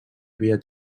havia